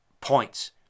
points